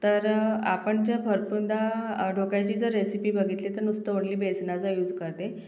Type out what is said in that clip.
तर आपण चे भरपूनदा ढोकळ्याची जर रेसिपी बघितली तर नुसतं वन्ली बेसनाचा यूस करते